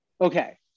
okay